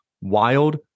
WILD